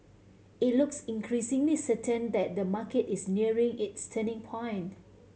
it looks increasingly certain that the market is nearing its turning point